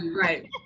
right